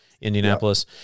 Indianapolis